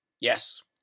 Yes